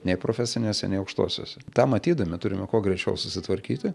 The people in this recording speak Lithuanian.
nei profesinėse nei aukštosiose tą matydami turime kuo greičiau susitvarkyti